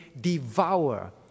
devour